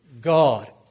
God